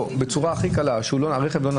שהרכב לא נסע.